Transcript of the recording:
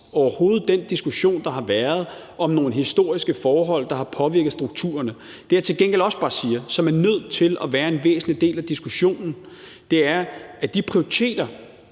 ikke afvise den diskussion, der har været om nogle historiske forhold, der har påvirket strukturerne. Det, som jeg til gengæld også bare siger, og som er nødt til at være en væsentlig del af diskussionen, er jo selvfølgelig, at de prioriteter,